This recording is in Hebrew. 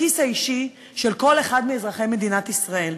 הוא בכיס האישי של כל אחד מאזרחי מדינת ישראל.